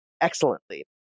excellently